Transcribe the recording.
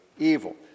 evil